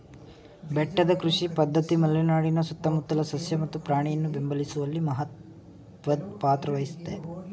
ಬೆಟ್ಟದ ಕೃಷಿ ಪದ್ಧತಿ ಮಲೆನಾಡಿನ ಸುತ್ತಮುತ್ತಲ ಸಸ್ಯ ಮತ್ತು ಪ್ರಾಣಿಯನ್ನು ಬೆಂಬಲಿಸುವಲ್ಲಿ ಮಹತ್ವದ್ ಪಾತ್ರ ವಹಿಸುತ್ವೆ